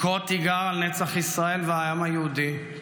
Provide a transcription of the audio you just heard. לקרוא תיגר על נצח ישראל והעם היהודי.